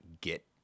get